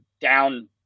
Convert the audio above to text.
down